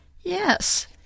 Yes